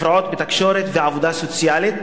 הפרעות בתקשורת ועבודה סוציאלית,